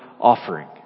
offering